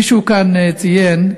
מישהו כאן ציין,